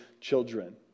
children